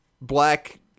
black